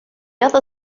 other